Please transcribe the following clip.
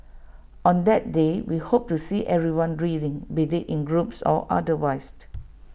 on that day we hope to see everyone reading be IT in groups or otherwise